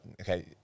okay –